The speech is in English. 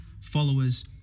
followers